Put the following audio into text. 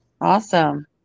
Awesome